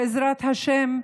בעזרת השם,